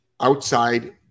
outside